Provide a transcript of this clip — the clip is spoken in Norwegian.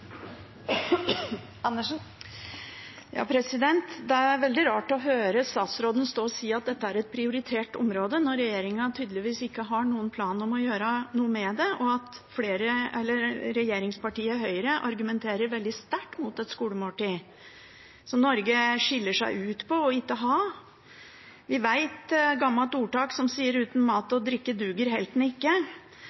Det er veldig rart å høre statsråden stå og si at dette er et prioritert område, når regjeringen tydeligvis ikke har noen plan om å gjøre noe med det og regjeringspartiet Høyre argumenterer veldig sterkt mot et skolemåltid – som Norge skiller seg ut ved ikke å ha. Det er et gammelt ordtak som sier: «Uten mat